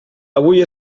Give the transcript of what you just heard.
avui